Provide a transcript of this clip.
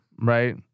right